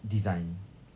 design